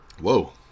Whoa